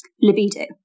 libido